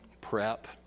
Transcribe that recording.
prep